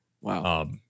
Wow